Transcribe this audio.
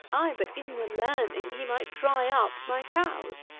ay, but in the learning, he might dry up my cows!